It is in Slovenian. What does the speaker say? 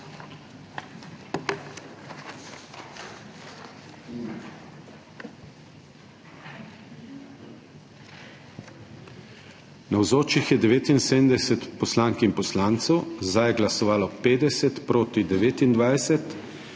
Navzočih je 79 poslank in poslancev, za je glasovalo 50, proti 29.